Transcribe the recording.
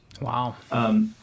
Wow